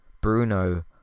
Bruno